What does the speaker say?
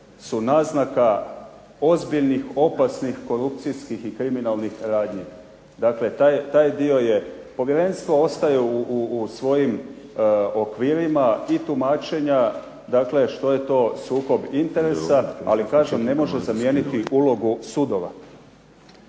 su naznaka ozbiljnih, opasnih, korupcijskih i kriminalnih radnji. Dakle, taj dio je. Povjerenstvo ostaje u svojim okvirima i tumačenja što je to sukob interesa, ali kažem, ne može zamijeniti ulogu sudova.